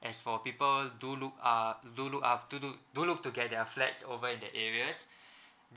as for people do look uh do look uh do look do look to get their flats over in that areas